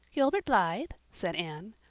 gilbert blythe? said anne.